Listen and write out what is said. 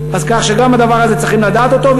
אז כך שגם הדבר הזה צריכים לדעת אותו.